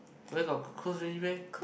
where got close already meh